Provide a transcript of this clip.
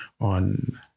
on